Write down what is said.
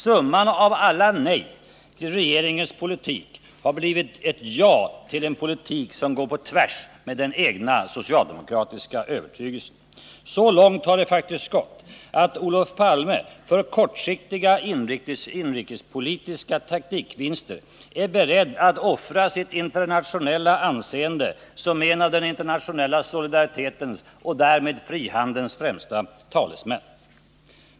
Summan av alla nej till regeringens politik har blivit ett ja till en politik som går på tvärs med den egna socialdemokratiska övertygelsen. Så långt har det faktiskt gått att Olof Palme för kortsiktiga inrikespolitiska taktikvinster är beredd att offra sitt anseende såsom en av den internationella solidaritetens och därmed frihandelns främsta talesmän.